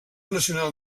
nacional